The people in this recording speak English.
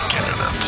Canada